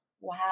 wow